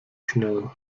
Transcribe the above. schnell